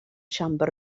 siambr